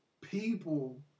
people